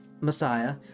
messiah